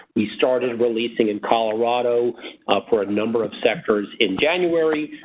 we started releasing in colorado for a number of sectors in january.